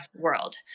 world